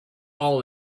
all